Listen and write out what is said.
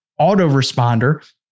autoresponder